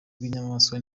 bw’inyamaswa